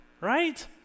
Right